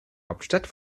hauptstadt